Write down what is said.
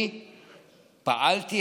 אני פעלתי,